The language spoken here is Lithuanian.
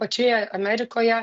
pačioje amerikoje